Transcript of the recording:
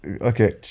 Okay